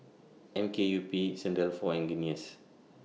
M K U P Saint Dalfour and Guinness